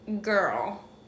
Girl